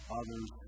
others